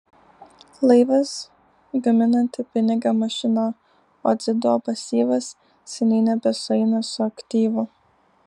laivas gaminanti pinigą mašina o dzido pasyvas seniai nebesueina su aktyvu